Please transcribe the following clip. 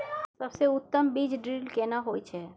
सबसे उत्तम बीज ड्रिल केना होए छै?